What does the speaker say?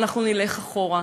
אנחנו נלך אחורה.